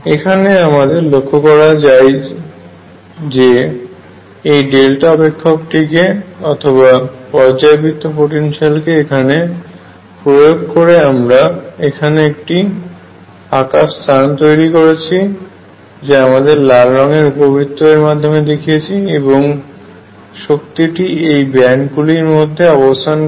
এখানে আমাদের লক্ষ্য করা যায় প্রয়োজন যে এই ডেল্টা অপেক্ষকটিকে অথবা পর্যায়বৃত্ত পোটেনশিয়াল কে এখানে প্রয়োগ করে আমরা এখানে একটি ফাকা স্থান তৈরি করেছি যা আমরা লাল রঙের উপবৃত্তের এর মাধ্যমে দেখিয়েছি এবং শক্তিটি এই ব্যান্ড গুলির আকারে অবস্থান করে